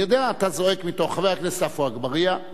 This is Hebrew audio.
אני יודע, אתה זועק מתוך, חבר הכנסת עפו אגבאריה,